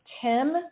Tim